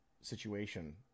situation